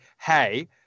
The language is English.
hey